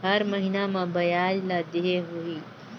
हर महीना मा ब्याज ला देहे होही?